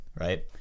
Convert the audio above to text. right